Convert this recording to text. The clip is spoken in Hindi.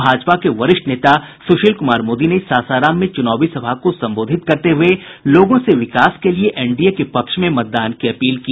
भाजपा के वरिष्ठ नेता सुशील कुमार मोदी ने सासाराम में चुनावी सभा को संबोधित करते हुए लोगों से विकास के लिये एनडीए के पक्ष में मतदान की अपील की